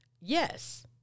Yes